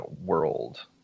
world